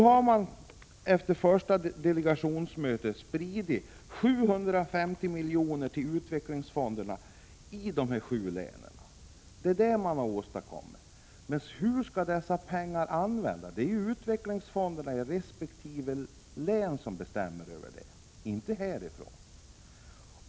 Efter delegationens första möte har man nu spritt 750 miljoner till utvecklingsfonderna i dessa sju län. Det har man åstadkommit. Hur skall dessa pengar användas? Det är ju utvecklingsfonderna i resp. län som bestämmer det, det bestäms inte härifrån.